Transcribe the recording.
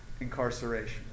incarceration